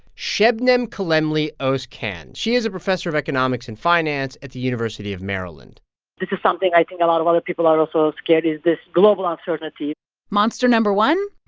sebnem kalemli-ozcan she is a professor of economics and finance at the university of maryland this is something i think a lot of other people are also scared is this global uncertainty monster number one.